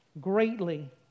greatly